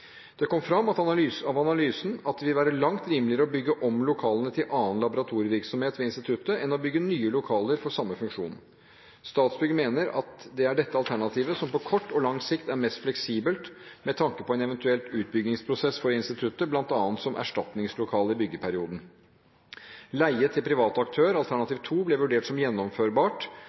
Det kom fram av analysen at det vil være langt rimeligere å bygge om lokalene til annen laboratorievirksomhet ved instituttet enn å bygge nye lokaler for samme funksjon. Statsbygg mener det er dette alternativet som på kort og lang sikt er mest fleksibelt med tanke på en eventuell utbyggingsprosess for instituttet, bl.a. som erstatningslokale i byggeperioden. Leie til privat aktør, alternativ 2, ble vurdert som gjennomførbart,